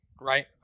right